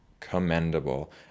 commendable